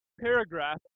paragraph